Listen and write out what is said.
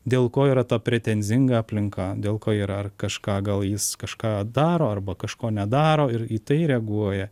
dėl ko yra ta pretenzinga aplinka dėl ko yra ar kažką gal jis kažką daro arba kažko nedaro ir į tai reaguoja